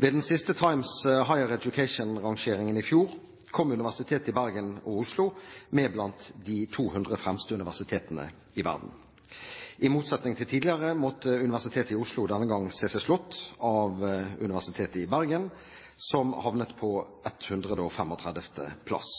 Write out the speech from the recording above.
Ved den siste Times Higher Education-rangeringen i fjor kom Universitetet i Bergen og Universitetet i Oslo med blant de 200 fremste universitetene i verden. I motsetning til tidligere måtte Universitetet i Oslo denne gangen se seg slått av Universitetet i Bergen, som havnet på 135. plass.